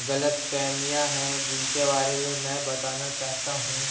غلط فہمیاں ہیں جن کے بارے میں میں بتانا چاہتا ہوں